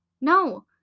No